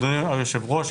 אדוני היושב-ראש,